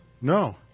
No